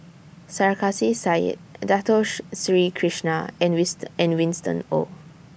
Sarkasi Said Datos Sri Krishna and Winston Oh